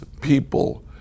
people